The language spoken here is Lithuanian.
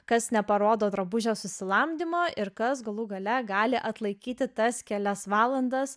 kas neparodo drabužio susilamdymo ir kas galų gale gali atlaikyti tas kelias valandas